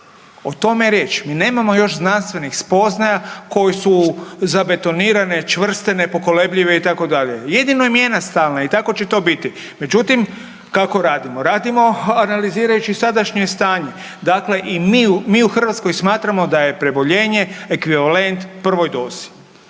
O tome je riječ, mi nemamo još znanstvenih spoznaja koje su zabetonirane, čvrste, nepokolebljive itd. Jedino je … /ne razumije se/… i tako će to biti. Međutim kako radimo? Radimo analizirajući sadašnje stanje. Dakle i mi u Hrvatskoj smatramo da je preboljenje ekvivalent prvoj dozi.